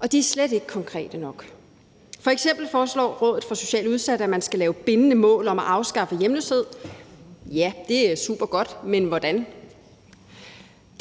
og de er slet ikke konkrete nok. F.eks. foreslår Rådet for Socialt Udsatte, at man skal lave bindende mål om at afskaffe hjemløshed. Ja, det er supergodt, men hvordan?